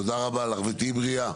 תודה רבה לך ותהיי בריאה.